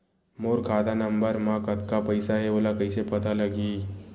मोर खाता नंबर मा कतका पईसा हे ओला कइसे पता लगी?